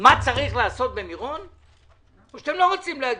מה צריך לעשות במירון או שאתם לא רוצים להגיד?